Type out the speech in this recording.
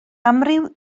amryw